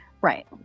Right